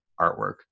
artwork